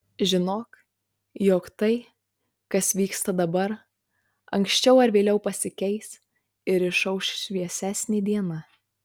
žinok jog tai kas vyksta dabar anksčiau ar vėliau pasikeis ir išauš šviesesnė diena